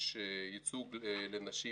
יש ייצוג לנשים,